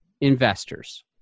investors